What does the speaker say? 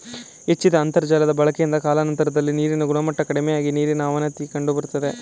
ಹೆಚ್ಚಿದ ಅಂತರ್ಜಾಲ ಬಳಕೆಯಿಂದ ಕಾಲಾನಂತರದಲ್ಲಿ ನೀರಿನ ಗುಣಮಟ್ಟ ಕಡಿಮೆಯಾಗಿ ನೀರಿನ ಅವನತಿಯ ಕಂಡುಬರ್ತದೆ